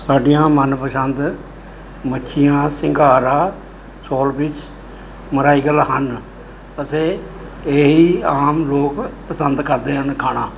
ਸਾਡੀਆਂ ਮਨਪਸ਼ੰਦ ਮੱਛੀਆਂ ਸਿੰਘਾਂਰਾਂ ਸੋਲਫਿਸ਼ ਮੋਰਾਈਗਲ ਹਨ ਅਤੇ ਇਹੀ ਆਮ ਲੋਕ ਪਸੰਦ ਕਰਦੇ ਹਨ ਖਾਣਾ